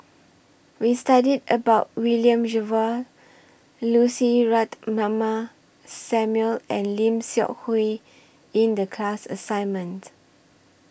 We studied about William Jervois Lucy Ratnammah Samuel and Lim Seok Hui in The class assignment